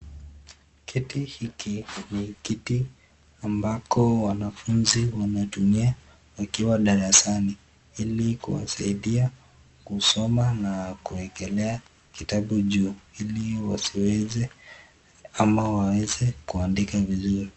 Kiti hiki ni kiti ambako wanafunzi wanatumia wakiwa darasani ili kuwasaidia kusoma na kuwekelea kitabu juu ili wasiweze ama waweze kuandika vizuri.